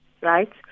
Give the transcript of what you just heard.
right